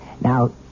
Now